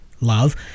love